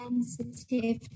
sensitive